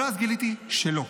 אבל אז גיליתי שלא.